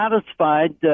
satisfied